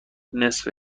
نصفه